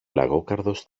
λαγόκαρδος